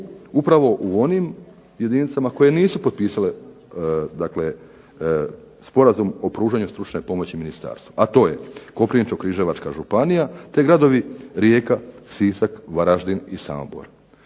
upravo u onim jedinicama koje nisu potpisale sporazum o pružanju stručne pomoći ministarstvu, a to je Koprivničko-križevačka županija, te gradovi Rijeka, Sisak, Varaždin i Samobor.